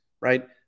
right